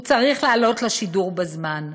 הוא צריך לעלות לשידור בזמן.